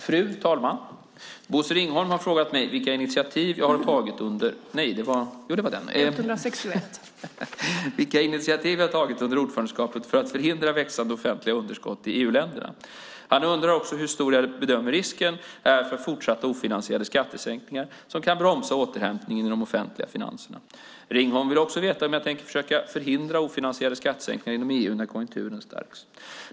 Fru talman! Bosse Ringholm har frågat mig vilka initiativ jag har tagit under ordförandeskapet för att förhindra växande offentliga underskott i EU-länderna. Han undrar också hur stor jag bedömer att risken är för fortsatta ofinansierade skattesänkningar som kan bromsa återhämtningen i de offentliga finanserna. Ringholm vill också veta om jag tänker försöka förhindra ofinansierade skattesänkningar inom EU när konjunkturen stärks.